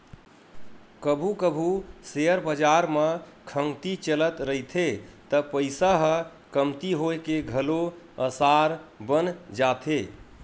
कभू कभू सेयर बजार म खंगती चलत रहिथे त पइसा ह कमती होए के घलो असार बन जाथे